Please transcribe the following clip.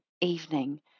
evening